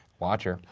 watcher.